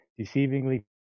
deceivingly